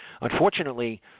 Unfortunately